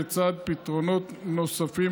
לצד פתרונות נוספים,